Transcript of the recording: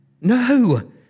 No